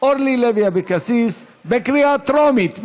אורלי לוי אבקסיס, בקריאה טרומית.